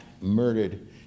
murdered